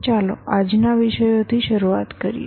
ચાલો આજના વિષયોથી શરૂઆત કરીએ